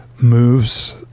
moves